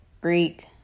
Greek